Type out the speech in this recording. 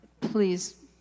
please